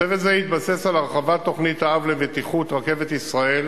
צוות זה התבסס על הרחבת תוכנית האב לבטיחות רכבת ישראל